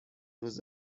روز